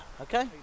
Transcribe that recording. okay